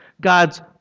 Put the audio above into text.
God's